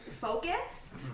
focus